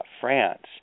France